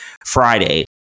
Friday